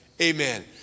Amen